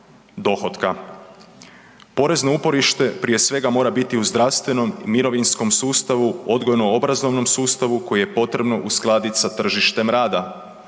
dohotka. Porezno uporište prije svega mora biti u zdravstvenom i mirovinskom sustavu, odgojno obrazovnom sustavu koji je potrebno uskladit sa tržištem rada,